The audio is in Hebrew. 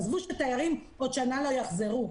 עזבו שהתיירים עוד שנה לא יחזרו,